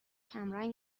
کمرنگ